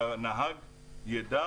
שהנהג ידע